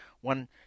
One